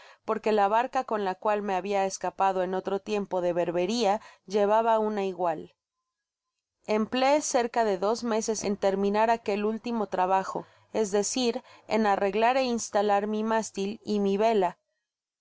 porque la barca con la cual me habia escapado en otro tiempo de berberia llevaba una igual content from google book search generated at content from google book search generated at kmpleé cerca de dos meses en terminar aquel último trabajo es decir en arreglar é instalar mi mástil y mi veja